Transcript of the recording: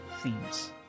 themes